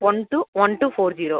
one two one two four zero